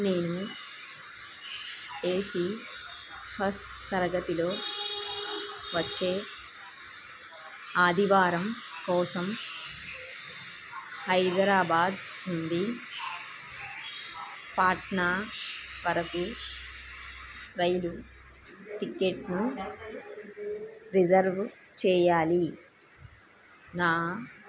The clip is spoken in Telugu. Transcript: నేను ఏసీ ఫస్ట్ తరగతిలో వచ్చే ఆదివారం కోసం హైదరాబాద్ నుండి పాట్నా వరకు రైలు టికెట్ను రిజర్వ్ చేయాలి నా